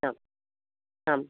आम् आम्